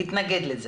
תתנגד לזה.